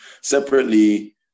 Separately